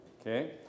okay